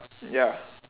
ya